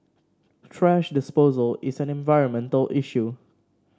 thrash disposal is an environmental issue